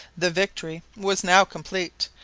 the victory was now complete,